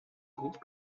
groupe